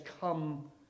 come